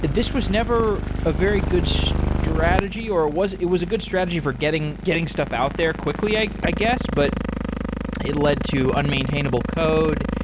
this was never a very good so strategy or it was a good strategy for getting getting stuff out there quickly, i i guess, but it led to unmaintainable code.